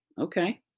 Okay